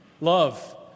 Love